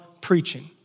preaching